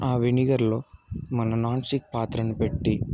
ఆ వినిగర్లో మన నాన్స్టిక్ పాత్రను పెట్టి